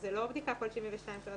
זה לא בדיקה כל 72 שעות,